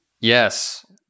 Yes